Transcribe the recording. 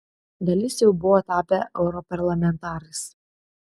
dalis jau buvo tapę europarlamentarais